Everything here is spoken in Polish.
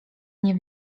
nie